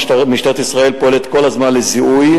משטרת ישראל פועלת כל הזמן לזיהוי,